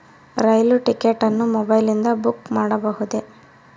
ರೈಲು ticket ಅನ್ನು ಮೊಬೈಲಿಂದ book ಮಾಡಬಹುದೆ?